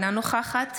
אינה נוכחת